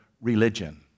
religion